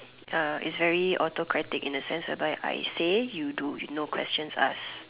uh it's very autocratic in the sense whereby I say you do no questions asked